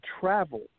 travel